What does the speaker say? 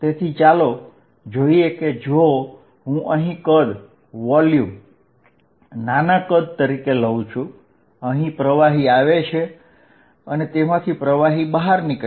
તેથી ચાલો જોઈએ કે જો હું અહીં કદ નાના લઉં છું અહીં પ્રવાહી આવે છે અને તેમાંથી પ્રવાહી બહાર નીકળે છે